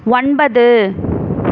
ஒன்பது